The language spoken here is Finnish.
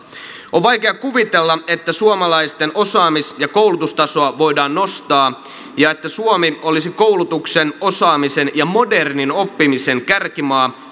on vaikea kuvitella että suomalaisten osaamis ja koulutustasoa voidaan nostaa ja että suomi olisi koulutuksen osaamisen ja modernin oppimisen kärkimaa